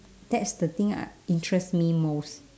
that's the thing I interests me most